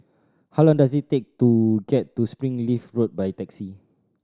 how long does it take to get to Springleaf Road by taxi